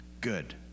good